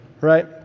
right